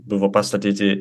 buvo pastatyti